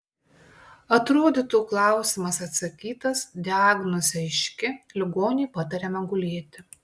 atrodytų klausimas atsakytas diagnozė aiški ligoniui patariama gulėti